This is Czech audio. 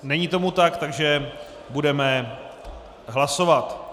Není tomu tak, takže budeme hlasovat.